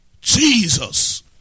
Jesus